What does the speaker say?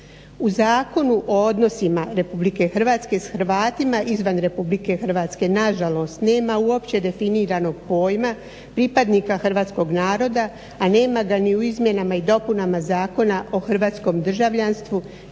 U Zakonu o odnosima Republike Hrvatske s Hrvatima izvan Republike Hrvatske na žalost nema uopće definiranog pojma pripadnika hrvatskog naroda, a nema ga ni u izmjenama i dopunama Zakona o hrvatskom državljanstvu